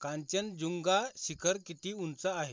कांचनजुंगा शिखर किती उंच आहे